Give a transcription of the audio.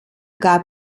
gab